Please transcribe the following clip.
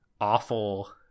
awful